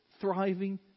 thriving